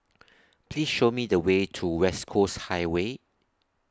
Please Show Me The Way to West Coast Highway